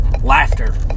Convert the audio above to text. laughter